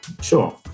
Sure